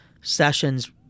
sessions